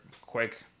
quick